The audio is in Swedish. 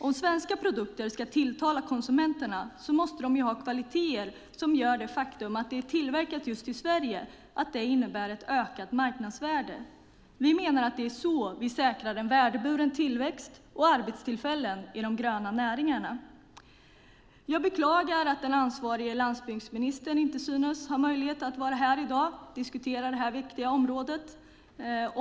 Om svenska produkter ska tilltala konsumenterna måste de ha kvaliteter som gör att de just för att de är tillverkade i Sverige har ett ökat marknadsvärde. Vi menar att det är så vi säkrar en värdeburen tillväxt och arbetstillfällen i de gröna näringarna. Jag beklagar att den ansvarige landsbygdsministern inte synes ha möjlighet att närvara i kammaren för att diskutera detta viktiga område.